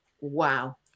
wow